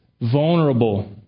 vulnerable